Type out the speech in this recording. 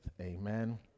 Amen